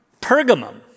Pergamum